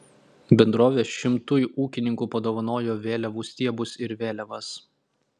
bendrovė šimtui ūkininkų padovanojo vėliavų stiebus ir vėliavas